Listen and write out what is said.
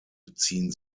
beziehen